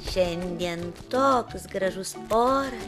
šiandien toks gražus oras